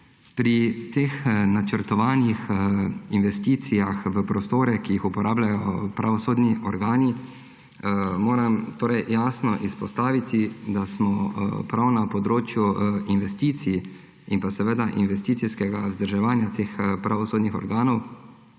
Pri teh načrtovanih investicijah v prostore, ki jih uporabljajo pravosodni organi, moram jasno izpostaviti, da smo prav na področju investicij in investicijskega vzdrževanja teh pravosodnih organov